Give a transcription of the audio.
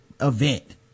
event